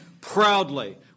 proudly